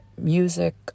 music